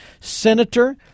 Senator